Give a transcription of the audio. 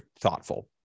thoughtful